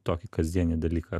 tokį kasdienį dalyką